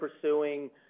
pursuing